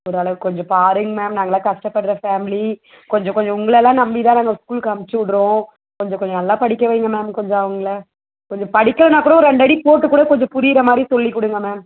ஒரளவுக்கு கொஞ்சம் பாருங்க மேம் நாங்கெல்லாம் கஷ்டப்பட்ற ஃபேமிலி கொஞ்சம் கொஞ்சம் உங்களெல்லாம் நம்பிதான் நாங்கள் ஸ்கூலுக்கு அனுப்பிச்சி விட்றோம் கொஞ்சம் கொஞ்சம் நல்லா படிக்க வைங்க மேம் கொஞ்சம் அவங்கள கொஞ்சம் படிக்கலைனா கூட ரெண்டடி போட்டு கூட கொஞ்சம் புரிகிற மாதிரி சொல்லி கொடுங்க மேம்